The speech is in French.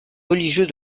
religieux